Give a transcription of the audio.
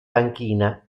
panchina